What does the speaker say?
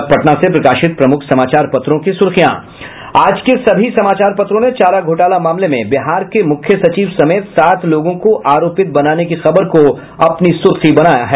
अब पटना से प्रकाशित प्रमुख समाचार पत्रों की सुर्खियां आज के सभी समाचार पत्रों ने चारा घोटाला मामले में बिहार के मुख्य सचिव समेत सात लोगों को आरोपित बनाने की खबर को अपनी सुर्खी बनाया है